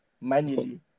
manually